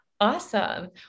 Awesome